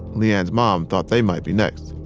le-ann's mom thought they might be next